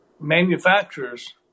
manufacturers